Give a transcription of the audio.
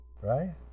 Right